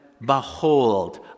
Behold